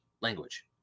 language